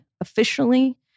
officially